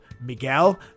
Miguel